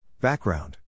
Background